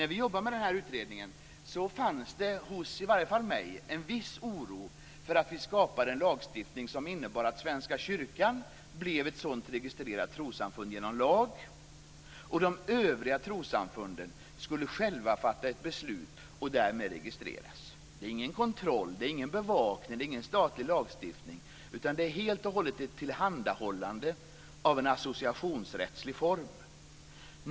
När vi jobbade med denna utredning fanns det hos mig en viss oro för att vi skapade en lagstiftning som innebar att Svenska kyrkan blev ett sådant registrerat trossamfund genom lag och de övriga trossamfunden skulle själva fatta beslut och därmed registreras. Det skulle inte vara någon kontroll, ingen bevakning, ingen statlig lagstiftning, utan helt och hållet ett tillhandahållande av en associationsrättslig form.